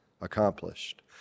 accomplished